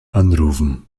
anrufen